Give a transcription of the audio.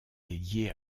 dédiée